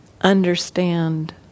understand